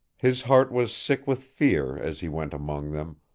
his heart was sick with fear as he went among them,